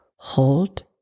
Hold